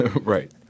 Right